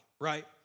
right